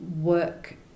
work